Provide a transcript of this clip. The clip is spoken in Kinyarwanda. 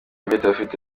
diabète